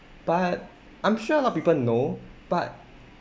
but I'm sure a lot of people know but